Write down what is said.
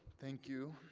thank you.